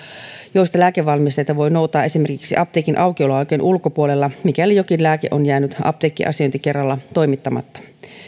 joista lääkevalmisteita voi noutaa esimerkiksi apteekin aukioloaikojen ulkopuolella mikäli jokin lääke on jäänyt apteekkiasiointikerralla toimittamatta